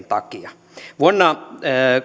takia vuonna